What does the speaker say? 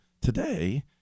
today